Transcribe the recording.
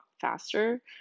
faster